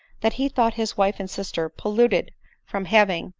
that he thought his wife and sister polluted from having,